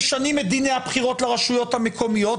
משנים את דיני הבחירות לרשויות המקומיות,